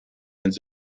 ins